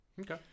Okay